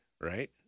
right